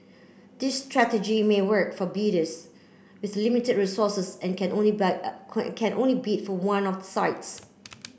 this strategy may work for bidders with limited resources and can only bide can only bid for one of sites